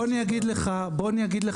אני אגיד לך נתון,